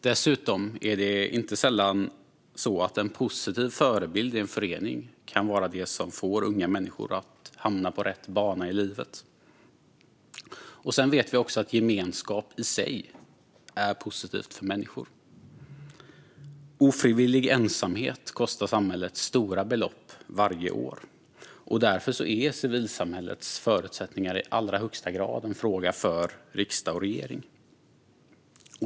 Dessutom är det inte sällan så att en positiv förebild i en förening kan vara det som får unga människor att hamna på rätt bana i livet. Vi vet också att gemenskap i sig är positivt för människor. Ofrivillig ensamhet kostar samhället stora belopp varje år. Därför är civilsamhällets förutsättningar i allra högsta grad en fråga för riksdag och regering.